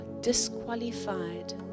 disqualified